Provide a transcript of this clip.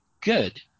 good